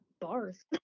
bars